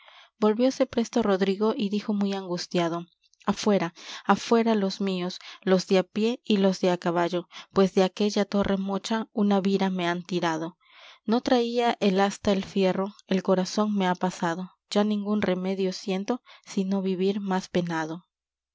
volvióse presto rodrigo y dijo muy angustiado afuera afuera los míos los de á pié y los de á caballo pues de aquella torre mocha una vira me han tirado no traía el asta el fierro el corazón me ha pasado ya ningún remedio siento sino vivir más penado